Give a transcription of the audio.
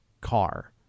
car